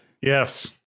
Yes